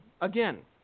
again